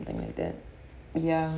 something like that ya